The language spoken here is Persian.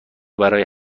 برای